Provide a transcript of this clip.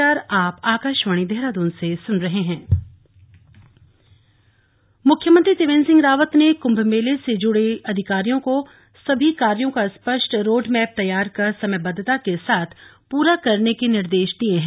कुंभ मेला बैठक मुख्यमंत्री त्रिवेन्द्र सिंह रावत ने कम्भ मेले से जुड़े अधिकारियों को सभी कार्यों का स्पष्ट रोडमैप तैयार कर समयबद्वता के साथ पूरा करने के निर्देश दिये हैं